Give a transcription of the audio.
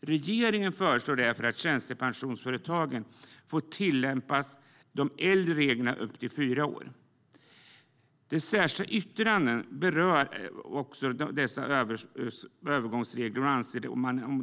Regeringen föreslår därför att tjänstepensionsföretagen ska få tillämpa de äldre reglerna i upp till fyra år. I de särskilda yttrandena berörs dessa övergångsregler.